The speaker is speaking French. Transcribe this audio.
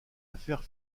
affaire